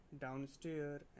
downstairs